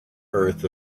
earth